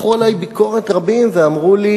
מתחו עלי ביקורת רבים ואמרו לי: